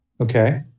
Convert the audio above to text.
Okay